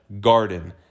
garden